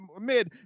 mid